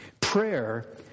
Prayer